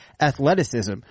athleticism